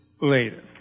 later